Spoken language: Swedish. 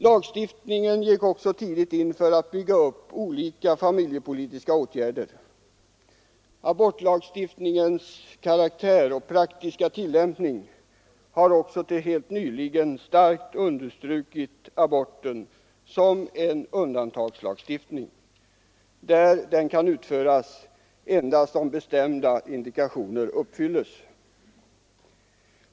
Lagstiftningen gick också tidigt in för att bygga upp olika familjepolitiska åtgärder. Abortlagstiftningens karaktär och praktiska tillämpning har också till helt nyligen starkt understrukit aborten som en undantagsåtgärd, som får utföras endast om bestämda indikationer uppfylles.